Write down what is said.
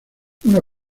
una